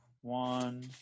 One